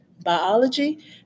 biology